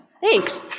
Thanks